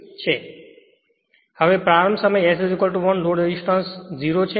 તેથી હવે પ્રારંભ સમયે S 1 લોડ રેઝિસ્ટન્સ iS0 છે